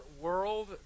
world